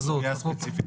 סביב הסוגיה הספציפית.